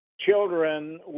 children